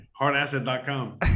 Hardasset.com